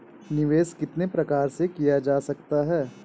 निवेश कितनी प्रकार से किया जा सकता है?